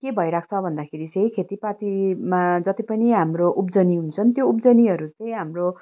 के भइरहेको छ भन्दाखेरि चाहिँ खेतीपातीमा जति पनि हाम्रो उब्जनी हुन्छन् त्यो उब्जनीहरू चाहिँ हाम्रो